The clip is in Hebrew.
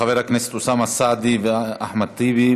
של חברי הכנסת אוסאמה סעדי ואחמד טיבי.